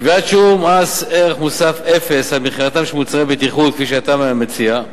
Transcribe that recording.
קביעת שיעור מס ערך מוסף אפס על מכירתם של מוצרי בטיחות כפי שאתה מציע,